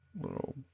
little